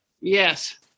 Yes